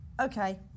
Okay